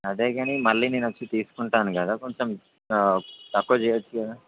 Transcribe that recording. అదే కాని మళ్ళీ నేనప్పుడు తీసుకుంటాను కదా కొంచెం తక్కువ చేయొచ్చు కదా